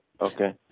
Okay